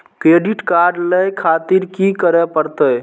Credit card ले खातिर की करें परतें?